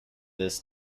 this